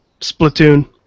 Splatoon